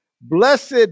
blessed